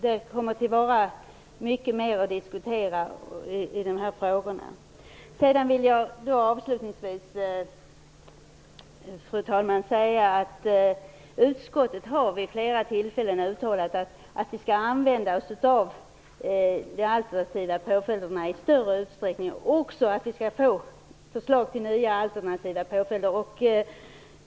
Det finns mycket mer att diskutera i dessa frågor. Fru talman! Avslutningsvis vill jag säga att utskottet vid flera tillfällen har uttalat att vi skall använda oss av alternativa påföljder i större utsträckning och att vi skall få förslag till nya alternativa påföljder.